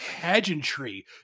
pageantry